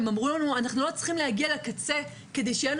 הם אמרו לנו: אנחנו לא צריכים להגיע לקצה כדי שיהיה לנו